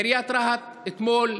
עיריית רהט אתמול,